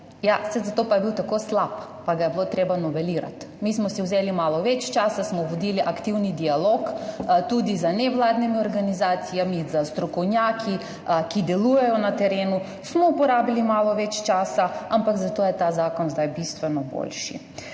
zato pa je bil tako slab pa ga je bilo treba novelirati. Mi smo si vzeli malo več časa, smo vodili aktivni dialog tudi z nevladnimi organizacijami, s strokovnjaki, ki delujejo na terenu. Smo porabili malo več časa, ampak zato je ta zakon zdaj bistveno boljši.